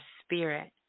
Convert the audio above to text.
spirit